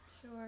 Sure